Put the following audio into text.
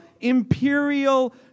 imperial